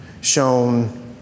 shown